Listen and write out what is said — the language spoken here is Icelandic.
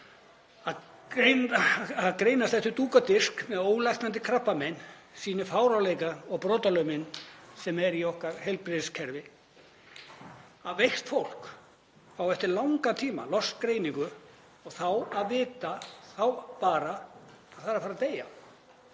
Að greinast eftir dúk og disk með ólæknandi krabbamein sýnir fáránleikann og brotalömina sem er í okkar heilbrigðiskerfi. Að veikt fólk fái eftir langan tíma loks greiningu og fái þá bara að vita að það er að fara að deyja